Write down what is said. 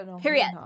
period